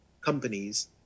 companies